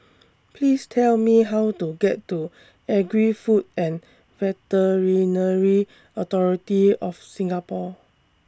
Please Tell Me How to get to Agri Food and Veterinary Authority of Singapore